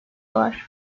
var